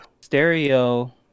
stereo